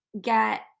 get